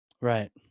Right